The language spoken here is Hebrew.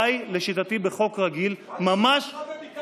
די לשיטתי בחוק רגיל, ממש, מה לשיטתך בבקעת הירדן?